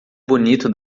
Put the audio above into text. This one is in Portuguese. bonito